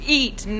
eat